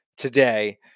today